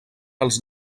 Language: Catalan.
els